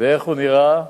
ואיך הוא נראה,